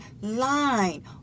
line